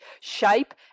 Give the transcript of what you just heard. shape